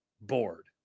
bored